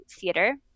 theater